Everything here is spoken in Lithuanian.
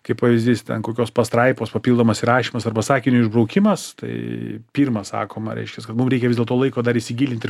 kaip pavyzdys ten kokios pastraipos papildomas įrašymas arba sakinio išbraukimas tai pirma sakoma reiškias kad mum reikia vis dėlto laiko dar įsigilint ir